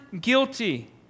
guilty